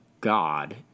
God